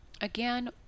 again